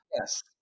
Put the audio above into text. Yes